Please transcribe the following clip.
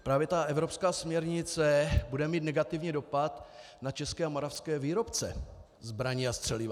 Právě ta evropská směrnice bude mít negativní dopad na české a moravské výrobce zbraní a střeliva.